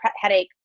headache